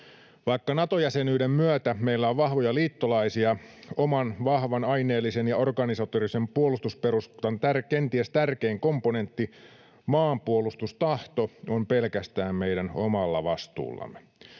Vaikka Nato-jäsenyyden myötä meillä on vahvoja liittolaisia, oman vahvan aineellisen ja organisatorisen puolustusperustan kenties tärkein komponentti, maanpuolustustahto, on pelkästään meidän omalla vastuullamme.